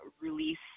release